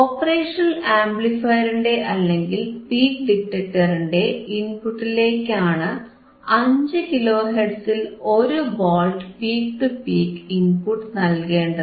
operational ആംപ്ലിഫയറിന്റെ അല്ലെങ്കിൽ peak ഡിറ്റക്ടറിന്റെ ഇൻപുട്ടിലേക്കാണ് 5 കിലോ ഹെർട്സിൽ 1 volt peak to peak input നൽകേണ്ടത്